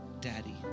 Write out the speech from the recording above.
Daddy